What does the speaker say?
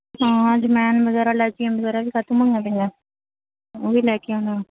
ਹਾਂ ਅਜਵਾਇਣ ਵਗੈਰਾ ਇਲਾਇਚੀਆਂ ਵਗੈਰਾ ਵੀ ਖ਼ਤਮ ਹੋਈਆਂ ਪਈਆਂ ਉਹ ਵੀ ਲੈ ਕੇ ਆਉਣਾ